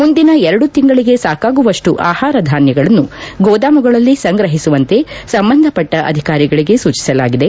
ಮುಂದಿನ ಎರಡು ತಿಂಗಳಿಗೆ ಸಾಕಾಗುವಷ್ಟು ಆಹಾರ ಧಾನ್ಗಳನ್ನು ಗೋದಾಮುಗಳಲ್ಲಿ ಸಂಗ್ರಹಿಸುವಂತೆ ಸಂಬಂಧಪಟ್ಟ ಅಧಿಕಾರಿಗಳಿಗೆ ಸೂಚಿಸಲಾಗಿದೆ